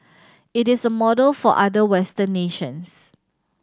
it is a model for other Western nations